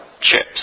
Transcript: chips